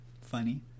funny